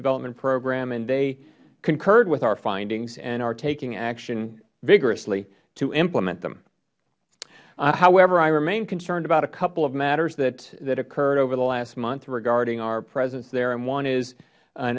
development program and they concurred with our findings and are taking action vigorously to implement them however i remain concerned about a couple of matters that occurred over the last month regarding our presence there and one is a